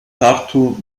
tartu